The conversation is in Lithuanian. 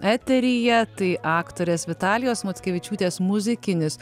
eteryje tai aktorės vitalijos mockevičiūtės muzikinis